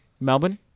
Melbourne